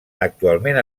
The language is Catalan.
actualment